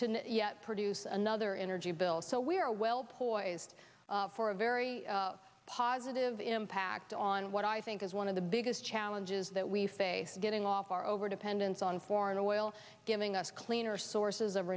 to produce another energy bill so we're well poised for a very positive impact on what i think is one of the biggest challenges that we face getting off our overdependence on foreign oil giving us cleaner sources of